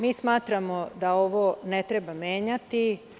Mi smatramo da ovo ne treba menjati.